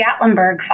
Gatlinburg